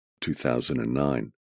2009